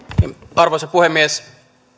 arvoisa puhemies